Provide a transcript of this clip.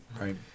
Right